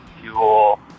fuel